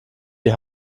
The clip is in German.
die